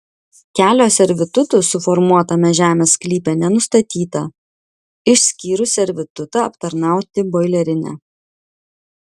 kelio servitutų suformuotame žemės sklype nenustatyta išskyrus servitutą aptarnauti boilerinę